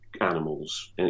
animals